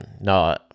no